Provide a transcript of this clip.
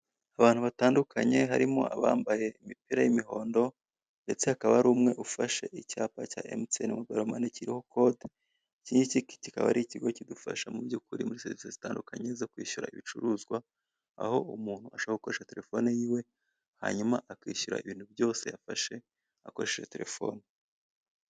Abantu batandukanye harimo abambaye imipira y'imihondo, ndetse hakaba hari umwe ufashe icyapa cya MTN Mobile Money kiriho kode, iki ngiki kikaba ari ikigo kigufasha mu by'ukuri muri serivisi zitandukanye zo kwishyura ibicuruzwa, aho umuntu ashobora gukoresha terefoni yiwe hanyuma akishyura ibintu byose yafashe akoresheje terefoni.